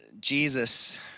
Jesus